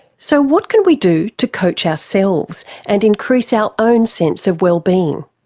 so what can we do to coach ourselves and increase our own sense of wellbeing?